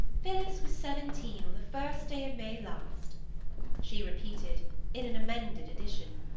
phillis was seventeen on the first day of may last she repeated in an emended edition.